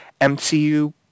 MCU